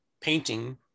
painting